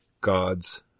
Gods